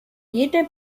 jede